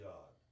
God